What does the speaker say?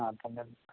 आं तन्ने